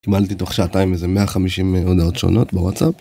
קיבלתי תוך שעתיים איזה 150 הודעות שונות בוואטסאפ.